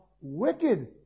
wicked